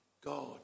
God